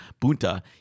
Bunta